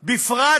בבקשה,